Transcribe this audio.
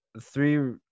three